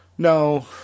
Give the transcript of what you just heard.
No